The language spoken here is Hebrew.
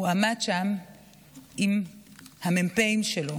הוא עמד שם עם המ"פים שלו.